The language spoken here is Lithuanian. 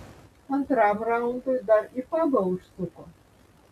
antram raundui dar į pabą užsuko